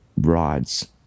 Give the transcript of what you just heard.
rods